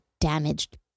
damaged